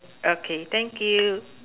okay thank you